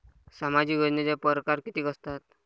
सामाजिक योजनेचे परकार कितीक असतात?